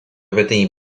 peteĩ